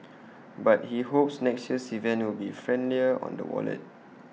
but he hopes next year's event will be friendlier on the wallet